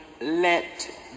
let